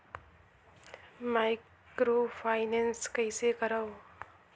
Microfinance कइसे करव?